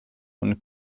und